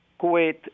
Kuwait